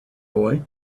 boy